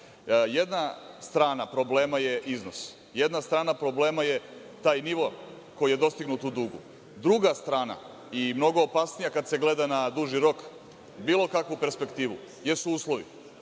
to. Jedna strana problema je iznos. Jedna strana problema je taj nivo koji je dostignut u dugu. Druga strana, i mnogo opasnija, kad se gleda na duži rok, bilo kakvu perspektivu, jesu uslovi.